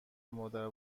مادر